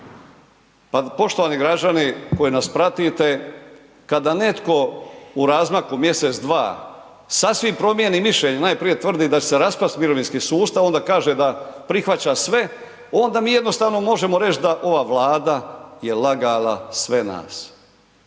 Pa, poštovani građani koji nas pratite kada netko u razmaku mjesec, dva sasvim promijeni mišljenje, najprije tvrdi da će se raspasti mirovinski sustav onda kaže da prihvaća sve, onda mi jednostavno možemo reći da ova Vlada je lagala sve nas.